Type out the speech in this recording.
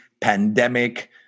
pandemic